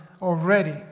already